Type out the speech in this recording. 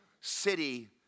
city